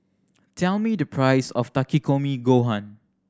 tell me the price of Takikomi Gohan